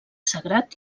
sagrat